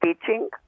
teaching